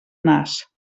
nas